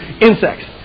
insects